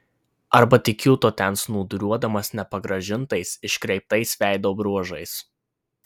arba tik kiūto ten snūduriuodamas nepagražintais iškreiptais veido bruožais